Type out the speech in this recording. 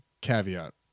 caveat